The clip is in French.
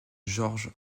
george